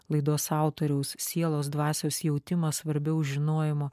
laidos autoriaus sielos dvasios jautimas svarbiau žinojimo